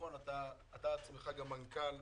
אתה מנכ"ל,